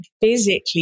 physically